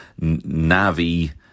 Navi